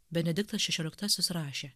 benediktas šešioliktasis rašė